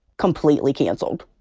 completely canceled.